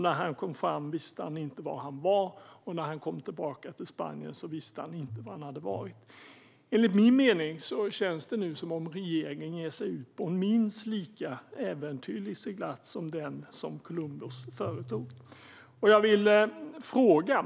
När han kom fram visste han inte var han var, och när han kom tillbaka till Spanien visste han inte var han hade varit. Enligt min mening känns det som om regeringen nu ger sig ut på en minst lika äventyrlig seglats som den som Columbus företog.